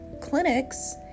clinics